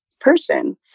person